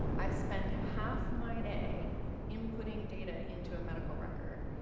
i spend half my day inputting data into a medical record.